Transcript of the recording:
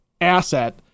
asset